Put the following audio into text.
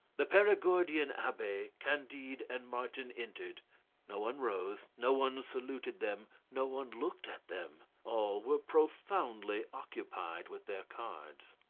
the perigordian abbe, candide and martin entered no one rose, no one saluted them, no one looked at them all were profoundly occupied with their cards.